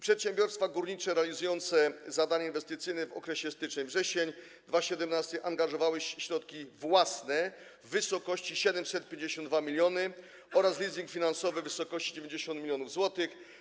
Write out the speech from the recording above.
Przedsiębiorstwa górnicze realizujące zadania inwestycyjne w okresie styczeń-wrzesień 2017 r. angażowały środki własne w wysokości 752 mln oraz leasing finansowy w wysokości 90 mln zł.